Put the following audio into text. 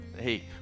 hey